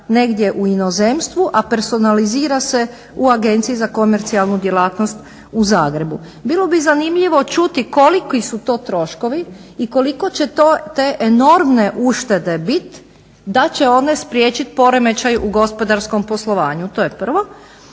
negdje u inozemstvu, a personalizira se u Agenciji za komercijalnu djelatnost u Zagrebu. Bilo bi zanimljivo čuti koliki su to troškovi i koliko će te enormne uštede biti da će one spriječiti poremećaj u gospodarskom poslovanju, to je prvo.